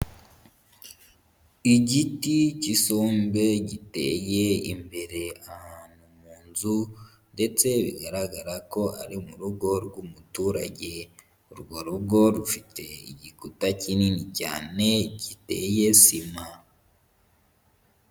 Igiti k'isombe giteye imbere ahantu mu nzu ndetse bigaragara ko ari mu rugo rw'umuturage, urwo rugo rufite igikuta kinini cyane giteye sima.